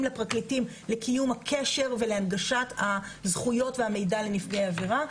לפרקליטים לקיום הקשר ולהנגשת הזכויות והמידע לנפגעי עבירה.